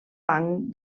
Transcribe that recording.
banc